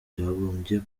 byagombye